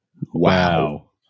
Wow